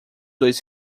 dois